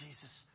Jesus